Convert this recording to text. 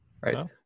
Right